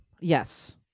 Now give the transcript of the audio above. Yes